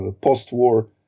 post-war